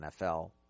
NFL